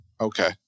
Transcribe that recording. Okay